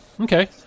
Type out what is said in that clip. Okay